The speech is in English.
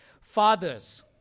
Fathers